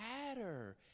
matter